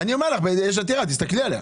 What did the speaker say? אני אומר לך יש עתירה, תסתכלי עליה.